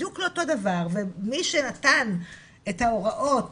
בדיוק אותו דבר ומי שנתן את ההוראות